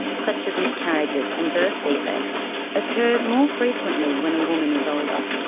such as miscarriages and birth defects occur more frequently when a woman is older.